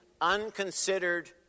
Unconsidered